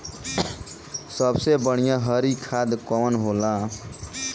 सबसे बढ़िया हरी खाद कवन होले?